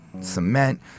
cement